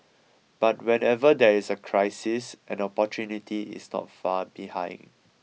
but whenever there is a crisis an opportunity is not far behind